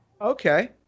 Okay